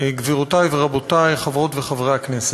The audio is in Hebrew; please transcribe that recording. גבירותי ורבותי חברות וחברי הכנסת,